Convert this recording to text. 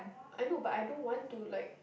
I know but I don't want to like